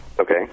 Okay